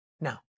Now